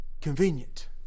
convenient